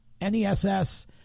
ness